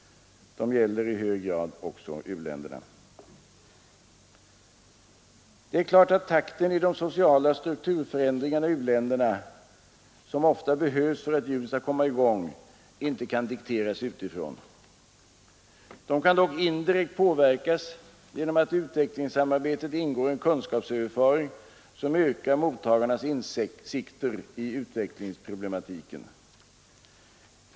De gäller i hög grad också u-länderna. Det är klart att takten i de sociala strukturförändringar i u-länderna, som ofta behövs för att hjulen skall komma i gång, inte kan dikteras utifrån. De kan dock indirekt påverkas genom att i utvecklingssamarbetet ingår en kunskapsöverföring som ökar mottagarnas insikter i utvecklingsproblematiken.